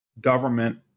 government